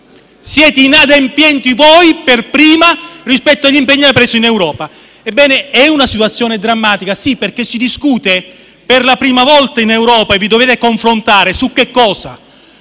Siete inadempienti voi per primi, rispetto agli impegni presi in Europa. Ebbene, è una situazione drammatica perché si discute, per la prima volta in Europa (e vi dovete confrontare), di una